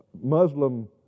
Muslim